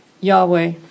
Yahweh